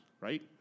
right